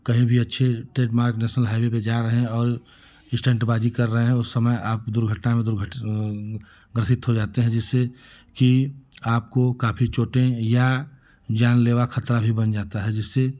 कहीं भी अच्छे ट्रेड मार्ग नेशनल हाइवे पर जा रहे हैं और स्टंटबाजी कर रहे हैं उस समय आप दुर्घटना दुर्घट वह ग्रसित हो जाते हैं जिससे कि आपको काफ़ी चोटें या जानलेवा खतरा भी बन जाता है इससे